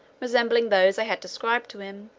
resembling those i had described to him,